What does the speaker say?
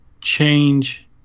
change